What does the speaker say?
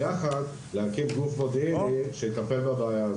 יתגייסו יחד להקמת גוף מודיעיני שיטפל בבעיה הזו.